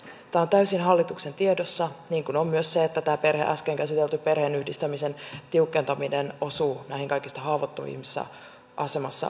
tämä on täysin hallituksen tiedossa niin kuin on myös se että tämä äsken käsitelty perheenyhdistämisen tiukentaminen osuu näihin kaikista haavoittuvimmassa asemassa oleviin lapsiin